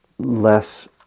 Less